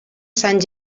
sant